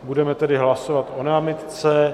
Budeme tedy hlasovat o námitce.